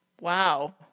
Wow